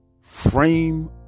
frame